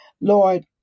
Lord